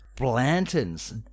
Blanton's